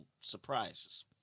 surprises